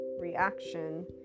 reaction